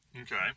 Okay